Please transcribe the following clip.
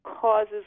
causes